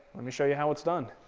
let me show you how it's done.